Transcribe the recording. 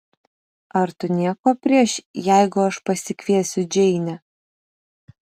ar tu nieko prieš jeigu aš pasikviesiu džeinę